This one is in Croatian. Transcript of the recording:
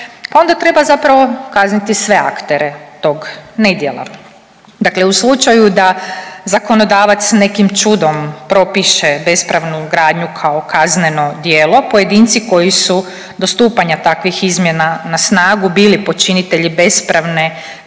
onda treba zapravo kazniti sve aktere tog nedjela. Dakle, u slučaju da zakonodavac nekim čudom propiše bespravnu gradnju kao kazneno djelo pojedinci koji su do stupanja takvih izmjena na snagu bili počinitelji bespravne